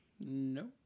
No